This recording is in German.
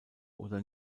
oder